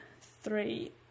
three